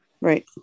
Right